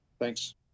Thanks